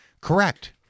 Correct